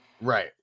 Right